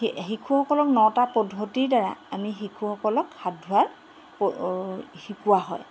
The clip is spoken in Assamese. শিশুসকলক নটা পদ্ধতিৰদ্বাৰা আমি শিশুসকলক হাত ধোৱাৰ শিকোৱা হয়